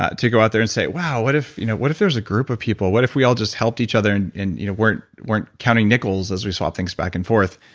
ah to go out there and say, wow, what if you know what if there was a group of people? what if we all just helped each other and and you know weren't weren't counting nickels as we swap things back and forth?